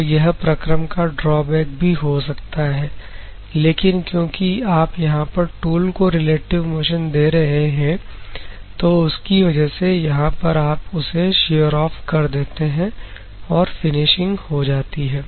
तो यह प्रक्रम का ड्रॉबैक भी हो सकता है लेकिन क्योंकि आप यहां पर टूल को रिलेटिव मोशन दे रहे हैं तो उसकी वजह से यहां पर आप उसे शेयर ऑफ कर देते हैं और फिनिशिंग हो जाती है